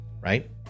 right